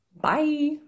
Bye